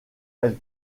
elle